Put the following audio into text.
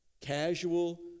casual